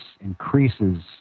increases